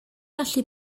gallu